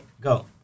go